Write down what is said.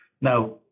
Now